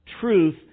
truth